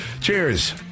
Cheers